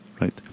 Right